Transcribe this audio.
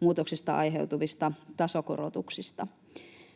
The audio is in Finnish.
muutoksista aiheutuvista tasokorotuksista.